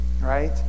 right